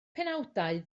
penawdau